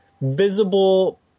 visible